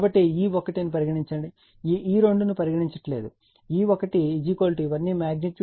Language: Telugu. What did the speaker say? కాబట్టి E1 అని పరిగణించండి ఈ E2 ను పరిగణించడం లేదు E1 ఇవన్నీ మాగ్నిట్యూడ్ వారీగా V1 E1